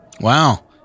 wow